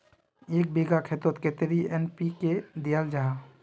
एक बिगहा खेतोत कतेरी एन.पी.के दियाल जहा?